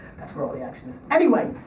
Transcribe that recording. that's where all the action is. anyway,